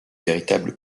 véritable